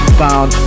found